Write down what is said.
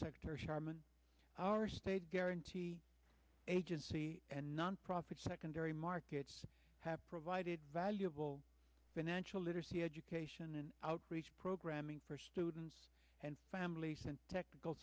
sector sharman our space guarantee agency and nonprofit secondary markets have provided valuable financial literacy education and outreach programming for students and families and technical